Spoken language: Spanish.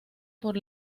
por